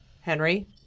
Henry